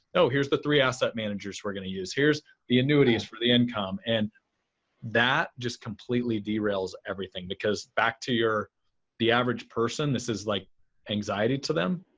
oh, here's the three asset managers we're going to use. here's the annuities for the income, and that just completely derails everything because back to the average person, this is like anxiety to them,